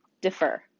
defer